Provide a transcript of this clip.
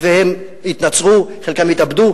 והם התנצרו, חלקם התאבדו.